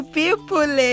people